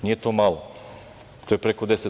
Nije to malo, to je preko 10%